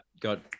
got